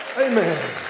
amen